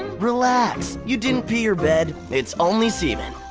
relax, you didn't pee your bed, it's only semen.